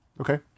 Okay